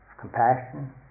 compassion